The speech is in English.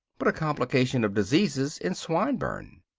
but a complication of diseases in swinburne.